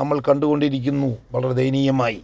നമ്മൾ കണ്ടുകൊണ്ടിരിക്കുന്നു വളരെ ദയനീയമായി